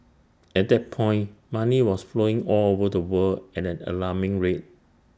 at that point money was flowing all over the world at an alarming rate